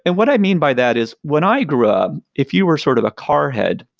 and what i mean by that is when i grew up, if you were sort of a car head,